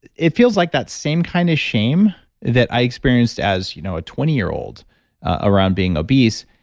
it feels like that same kind of shame that i experienced as you know a twenty year old around being obese,